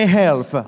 help